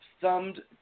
thumbed